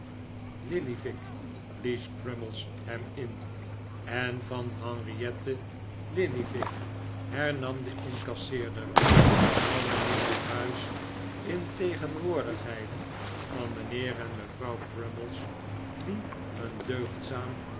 lillyvick blies crummies hem in en van henriette lillyvick hernam de incasseerder zal men in dit huis in tegenwoordigheid van mijnheer en mevrouw crummies die een